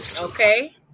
Okay